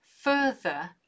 further